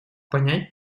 понять